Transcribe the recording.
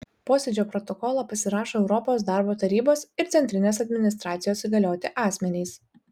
posėdžio protokolą pasirašo europos darbo tarybos ir centrinės administracijos įgalioti asmenys